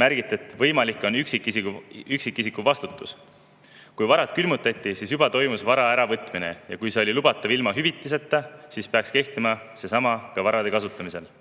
Märgiti, et võimalik on üksikisiku vastutus. Juba siis, kui varad külmutati, toimus vara äravõtmine, ja kui see oli lubatav ilma hüvitiseta, siis peaks seesama kehtima ka varade kasutamisel.